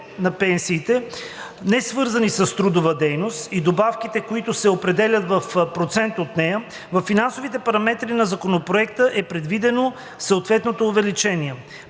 на пенсиите, несвързани с трудова дейност, и добавките, които се определят в процент от нея, във финансовите параметри на Законопроекта е предвидено съответното увеличение.